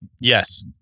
Yes